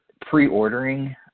pre-ordering